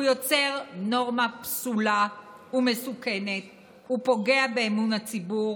הוא יוצר נורמה פסולה ומסוכנת ופוגע באמון הציבור,